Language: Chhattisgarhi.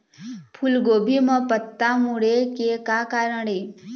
फूलगोभी म पत्ता मुड़े के का कारण ये?